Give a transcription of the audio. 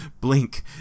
blink